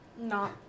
Not-